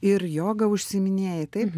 ir joga užsiiminėji taip